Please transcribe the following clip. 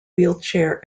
wheelchair